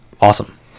awesome